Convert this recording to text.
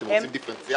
אתם רוצים דיפרנציאציה?